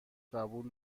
قبول